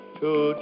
two